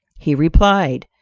he replied,